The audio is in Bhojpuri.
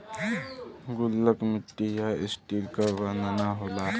गुल्लक मट्टी या स्टील क बना होला